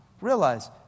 Realize